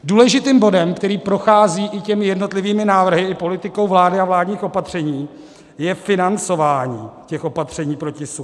Důležitým bodem, který prochází jednotlivými návrhy i politikou vlády a vládních opatření, je financování těch opatření proti suchu.